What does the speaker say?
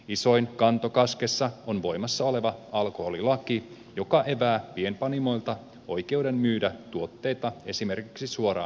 isoin kanto kaskessa on voimassa oleva alkoholilaki joka evää pienpanimoilta oikeuden myydä tuotteita esimerkiksi suoraan asiakkaille